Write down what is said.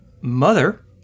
mother